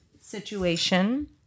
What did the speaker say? situation